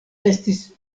estis